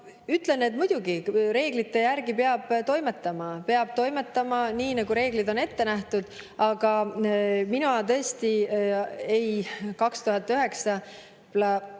ütlen, et muidugi peab reeglite järgi toimetama. Peab toimetama nii, nagu reeglid on ette näinud, aga mina tõesti ei … 2009.